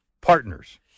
partners